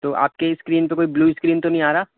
تو آپ کے اسکرین پہ کوئی بلیو اسکرین تو نہیں آ رہا